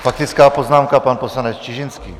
Faktická poznámka, pan poslanec Čižinský.